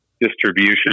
distribution